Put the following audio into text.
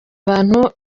abantu